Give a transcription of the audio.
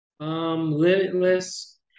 Limitless